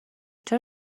چرا